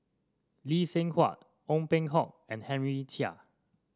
Lee Seng Huat Ong Peng Hock and Henry Chia